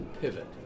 pivot